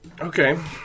Okay